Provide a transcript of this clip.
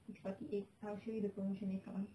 it's forty eight I'll show you the promotion later on